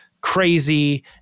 crazy